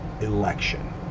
election